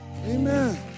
Amen